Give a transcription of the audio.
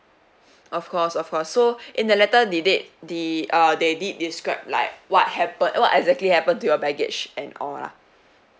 of course of course so in the letter did they the uh they did describe like what happened what exactly happen to your baggage and all lah